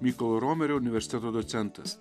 mykolo romerio universiteto docentas